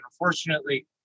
unfortunately